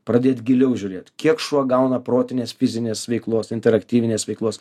pradėt giliau žiūrėt kiek šuo gauna protinės fizinės veiklos interaktyvios veiklos